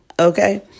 okay